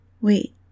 Wait